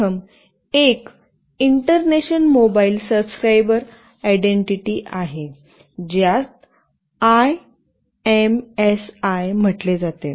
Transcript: प्रथम एक international mobile subscriber identity आहे ज्यास आयएमएसआय म्हटले जाते